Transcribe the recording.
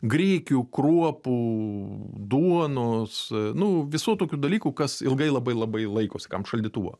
grikių kruopų duonos nu visų tokių dalykų kas ilgai labai labai laikos kam šaldytuvo